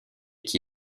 qui